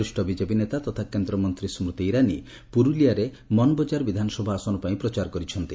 ବରିଷ୍ଣ ବିକେପି ନେତା ତଥା କେନ୍ଦ୍ରମନ୍ତ୍ରୀ ସ୍କୃତି ଇରାନୀ ପୁରୁଲିଆରେ ମନବକାର ବିଧାନସଭା ଆସନ ପାଇଁ ପ୍ରଚାର କରିଛନ୍ତି